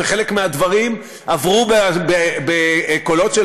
וחלק מהדברים עברו בקולות של